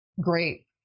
great